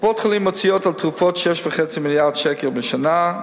קופות-החולים מוציאות על תרופות 6.5 מיליארד שקל בשנה.